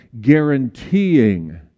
guaranteeing